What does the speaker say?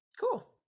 Cool